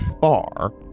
far